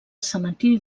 cementiri